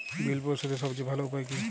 বিল পরিশোধের সবচেয়ে ভালো উপায় কী?